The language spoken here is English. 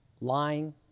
lying